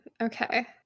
okay